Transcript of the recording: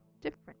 different